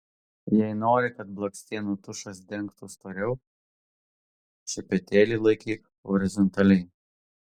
jei nori kad blakstienų tušas dengtų storiau šepetėlį laikyk horizontaliai